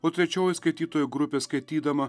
o trečioji skaitytojų grupė skaitydama